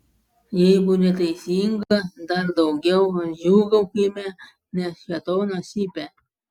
jeigu neteisinga dar daugiau džiūgaukime nes šėtonas cypia